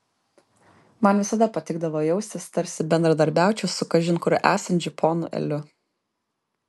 man visada patikdavo jaustis tarsi bendradarbiaučiau su kažin kur esančiu ponu eliu